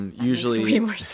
Usually